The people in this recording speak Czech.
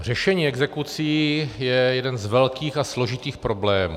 Řešení exekucí je jeden z velkých a složitých problémů.